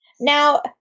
now